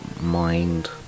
mind